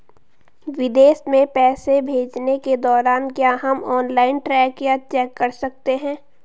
विदेश में पैसे भेजने के दौरान क्या हम ऑनलाइन ट्रैक या चेक कर सकते हैं?